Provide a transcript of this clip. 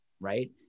right